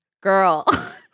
girl